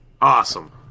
Awesome